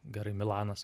gerai milanas